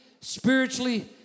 spiritually